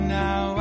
now